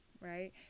right